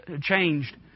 changed